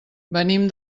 venim